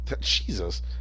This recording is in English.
Jesus